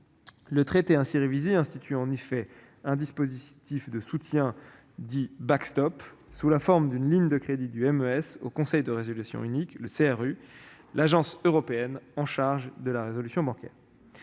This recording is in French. Le traité révisé institue en effet un dispositif de soutien, dit, sous la forme d'une ligne de crédit du MES au Conseil de résolution unique (CRU), l'agence européenne chargée de la résolution bancaire.